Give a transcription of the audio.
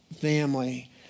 family